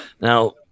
now